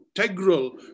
integral